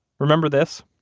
remember this?